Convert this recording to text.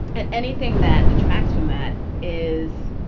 and anything that detracts from that is.